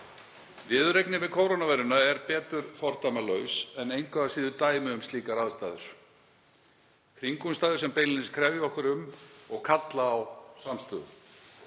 Viðureignin við kórónuveiruna er sem betur fer fordæmalaus en engu að síður dæmi um slíkar aðstæður, kringumstæður sem beinlínis krefja okkur um og kalla á samstöðu.